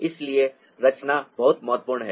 इसलिए रचना बहुत महत्वपूर्ण है